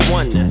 one